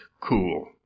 cool